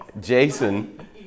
Jason